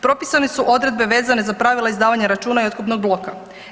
Propisane su odredbe vezane za pravila izdavanja računa i otkupnog bloka.